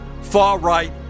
far-right